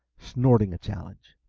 snorting a challenge.